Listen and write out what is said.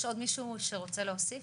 יש עוד מישהו שרוצה להוסיף?